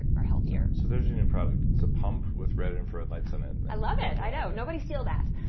ah healthier so there's you a new product. it's a pump with red infrared lights in it i love it. i know. nobody steal that